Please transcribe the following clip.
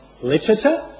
literature